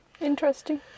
interesting